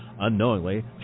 Unknowingly